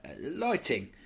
lighting